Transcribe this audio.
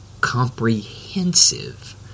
comprehensive